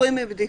פטורים מבדיקה.